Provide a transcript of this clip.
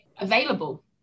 available